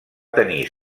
tenir